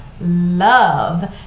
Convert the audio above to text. love